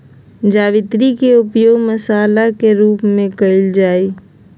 जावित्री के उपयोग मसाला के रूप में कइल जाहई